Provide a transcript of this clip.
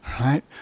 Right